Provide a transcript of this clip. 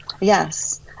Yes